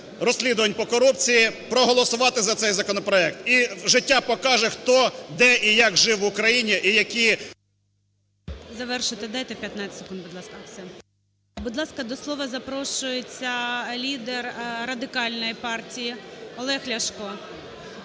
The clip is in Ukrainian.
розслідувань по корупції, проголосувати за цей законопроект. І життя покаже, хто, де і як жив в Україні